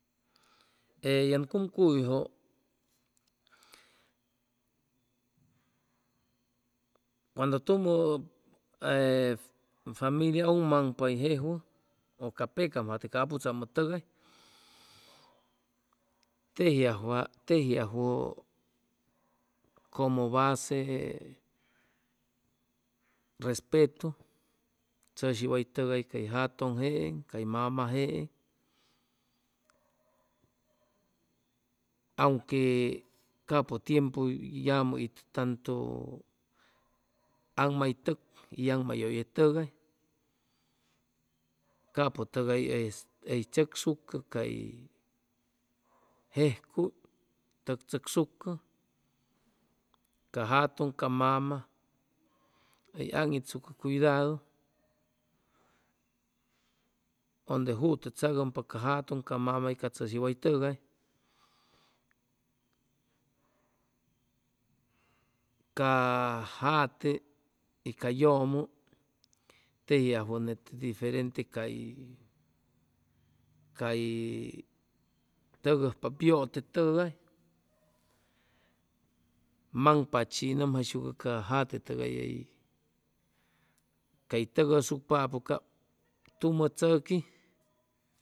E yen cumcuyjʉ cuando tumʉ ee familia ʉgmaŋpa hʉy jejwʉy ʉ ca pecam jate ca aputzamʉ tʉgay tejiajwa tejiajwʉ como base respetu chʉshi way tʉgay way jatʉŋ jeeŋ cay mama jeeŋ aunque capʉ tiempu yamʉ itʉ tantu anmaytʉg y aŋmayʉye tʉgay capʉ tʉgay hʉy tzʉcsucʉ cay jejcuy tʉk chʉcsucʉ ca jatʉŋ, ca mama hʉy aŋitsucʉ cuidadu ʉnde jutʉ tzagʉmpa ca jatʉŋ, ca mama y ca tzʉshi way tʉgay ca jate y ca yʉmʉ tejiajwʉ nete diferente cay cay tʉgʉjpap yʉte tʉgay maŋpachi hʉy nʉmjayshucʉ ca jate tʉgay hʉy cay tʉgʉsucpapʉ cap tumʉ tzʉqui